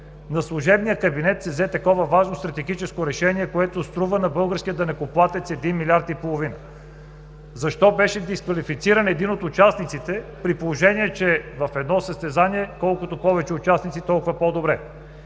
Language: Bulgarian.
на служебния кабинет се взе такова важно стратегическо решение, което струва на българския данъкоплатец 1,5 млрд. лв.; защо беше дисквалифициран един от участниците, при положение че в едно състезание колкото повече участници, толкова по-добре?